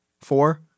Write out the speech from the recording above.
four